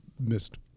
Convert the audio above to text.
Missed